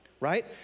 right